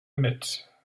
mit